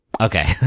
Okay